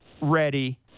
ready